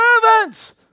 servants